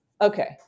Okay